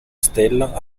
stella